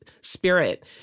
spirit